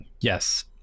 Yes